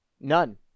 None